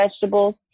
vegetables